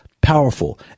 powerful